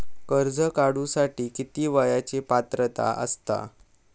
कर्ज काढूसाठी किती वयाची पात्रता असता?